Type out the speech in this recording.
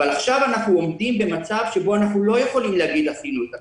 אבל עכשיו אנחנו עומדים במצב שאנחנו לא יכולים להגיד "עשינו את הכול".